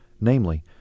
Namely